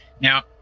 Now